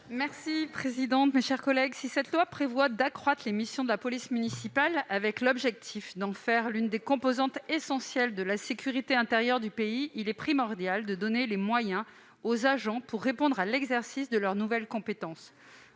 Si cette proposition de loi prévoit d'accroître les missions de la police municipale avec l'objectif d'en faire l'une des composantes essentielles de la sécurité intérieure du pays, il est primordial de donner aux agents les moyens nécessaires pour répondre à l'exercice de leurs nouvelles compétences.